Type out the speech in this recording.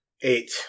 Eight